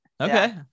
Okay